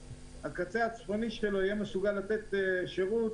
יהיה מסוגל לתת שירות